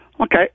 okay